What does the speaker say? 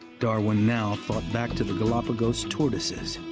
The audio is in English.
darwin now thought back to the galapagos tortoises.